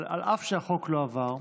אף שהחוק לא עבר,